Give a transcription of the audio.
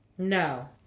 No